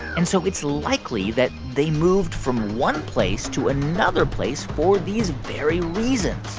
and so it's likely that they moved from one place to another place for these very reasons.